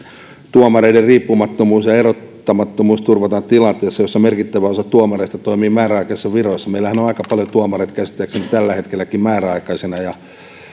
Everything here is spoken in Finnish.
tuomareiden riippumattomuus ja erottamattomuus turvataan tilanteessa jossa merkittävä osa tuomareista toimii määräaikaisissa viroissa meillähän on aika paljon tuomareita käsittääkseni tällä hetkelläkin määräaikaisina ja kun